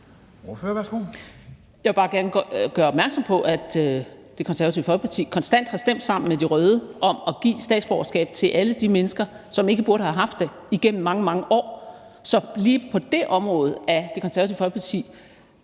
Jeg vil bare gerne gøre opmærksom på, at Det Konservative Folkeparti konstant har stemt sammen med de røde om at give statsborgerskab til alle de mennesker, som ikke burde have haft det, igennem mange, mange år. Så lige på det område er Det Konservative Folkeparti